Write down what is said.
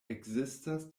ekzistas